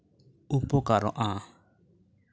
ᱩᱯᱚᱠᱟᱨᱚᱜᱼᱟ